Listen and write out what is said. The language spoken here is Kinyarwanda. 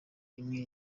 imwe